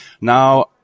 Now